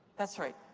that's right.